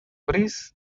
breeze